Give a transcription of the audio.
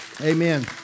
Amen